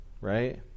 right